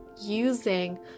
using